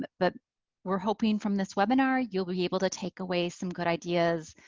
but but we're hoping from this webinar you'll be able to take away some good ideas,